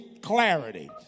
clarity